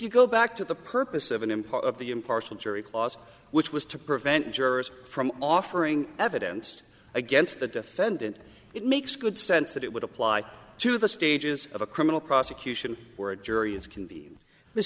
you go back to the purpose of an import of the impartial jury clause which was to prevent jurors from offering evidence against the defendant it makes good sense that it would apply to the stages of a criminal prosecution or a jury is convene the